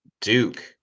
Duke